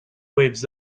waves